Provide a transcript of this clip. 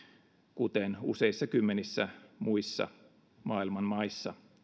kuten useissa kymmenissä muissa maailman maissa